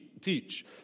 teach